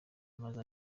amaze